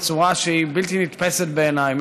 בצורה שהיא בלתי נתפסת בעיניי,